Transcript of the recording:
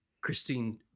Christine